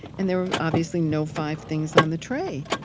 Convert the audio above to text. and there are obviously no five things on the tray.